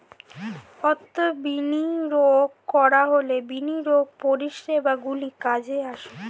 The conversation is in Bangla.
অর্থ বিনিয়োগ করা হলে বিনিয়োগ পরিষেবাগুলি কাজে আসে